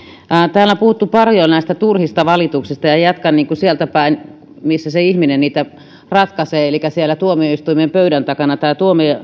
täällä on puhuttu paljon näistä turhista valituksista ja jatkan niin kuin sieltäpäin missä se ihminen niitä ratkaisee elikkä siellä tuomioistuimen pöydän takana tämä